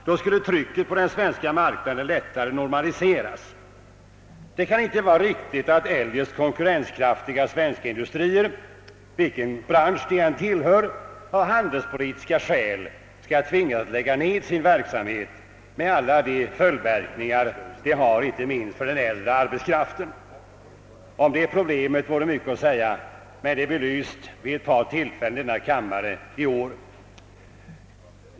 Då skulle trycket på den svenska marknaden lättare normaliseras. Det kan inte vara rätt att eljest konkurrenskraftiga svenska industrier, vilken bransch de än tillhör, av handelspolitiska skäl skall tvingas lägga ned sin verksamhet med alla de följdverkningar detta har, inte minst för den äldre arbetskraften. Om detta problem vore mycket att säga, men jag har redan haft tillfälle att belysa denna fråga i kammaren vid ett par tillfällen i år.